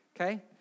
okay